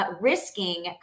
risking